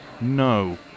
No